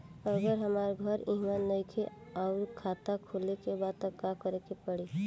अगर हमार घर इहवा नईखे आउर खाता खोले के बा त का करे के पड़ी?